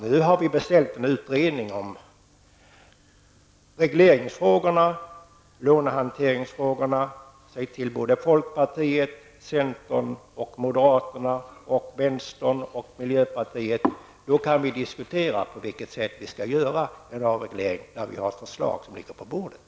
Nu har vi beställt en utredning beträffande regleringsfrågorna och lånehanteringsfrågorna. Det är bara att säga till för er i folkpartiet, centern, moderata samlingspartiet, vänstern och miljöpartiet. När ett förslag ligger på riksdagens bord kan vi diskutera på vilket sätt vi skall göra en avreglering.